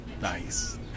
Nice